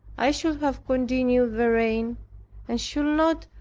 i should have continued therein, and should not,